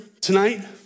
tonight